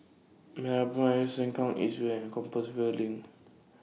Meraprime Sengkang East Way and Compassvale LINK